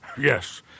Yes